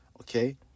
okay